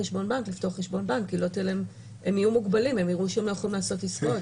בכל זאת אנחנו מכניסים את החוק לתוקפו רק עוד עשרה חודשים.